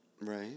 Right